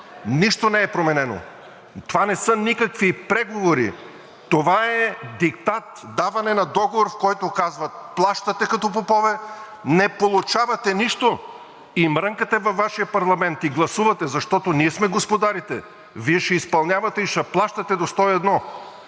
нищо не е променено и това не са никакви преговори. Това е диктат – даване на договор, в който казват: плащате като попове, не получавате нищо и мрънкате във Вашия парламент и гласувате, защото ние сме господарите, Вие ще изпълнявате и ще плащате до сто